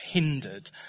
hindered